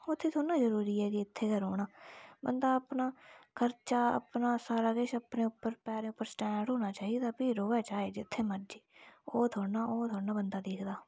ओह् ते थोह्ड़ा ना जरूरी ऐ कि इत्थें गै रौह्ना बंदा अपना खर्चा अपना सारा किश अपने उप्पर पैरें उप्पर स्टैंड ना चाहि्दा फ्ही रौह्वै चाहे् जित्थें मर्जी ओह् थोड़ना ओह् थोड़ना बंदा दिक्खदा